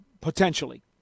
potentially